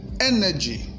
energy